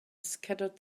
scattered